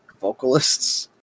vocalists